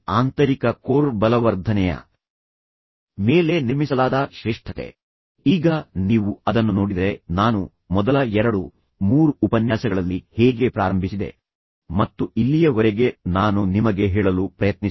ಆದ್ದರಿಂದ ಪಕ್ಷವನ್ನು ತೆಗೆದುಕೊಳ್ಳಬೇಡಿ ಅಥವಾ ಏಕಪಕ್ಷೀಯ ಆರೋಪಗಳನ್ನು ಅನುಮೋದಿಸಬೇಡಿ ಆದರೆ ನಂತರ ನೀವು ನಿಜವಾಗಿಯೂ ಬಹಳ ಸಹಾನುಭೂತಿಯುಳ್ಳ ವ್ಯಕ್ತಿ ಎಂದು ತೋರಿಸಲು ಪ್ರಯತ್ನಿಸಿ